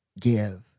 give